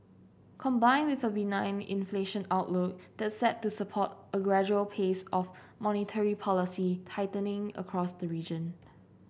combined with a benign inflation outlook that's set to support a gradual pace of monetary policy tightening across the region